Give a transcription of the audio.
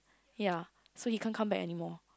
ya so he can't come back anymore